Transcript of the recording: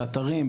באתרים,